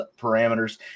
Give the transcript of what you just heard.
parameters